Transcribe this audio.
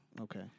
Okay